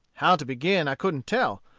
how to begin i couldn't tell.